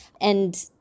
And-